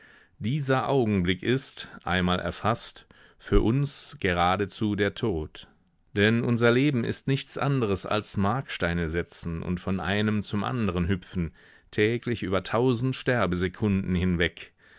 dieser augenblick ist einmal erfaßt für uns geradezu der tod denn unser leben ist nichts anderes als marksteine setzen und von einem zum anderen hüpfen täglich über tausend sterbesekunden hinweg